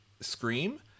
Scream